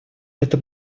это